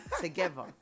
together